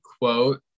quote